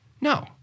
No